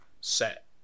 set